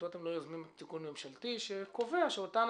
מדוע אתם לא יוזמים תיקון ממשלתי שקובע שאותן